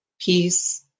peace